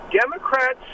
Democrats